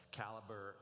caliber